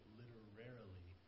literarily